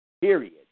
Period